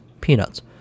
Peanuts